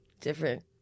different